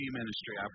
ministry